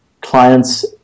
clients